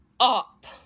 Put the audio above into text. Up